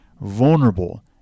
vulnerable